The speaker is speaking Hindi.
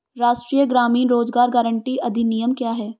राष्ट्रीय ग्रामीण रोज़गार गारंटी अधिनियम क्या है?